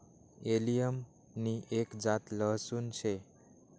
allium नि एक जात लहसून शे